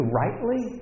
rightly